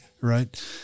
right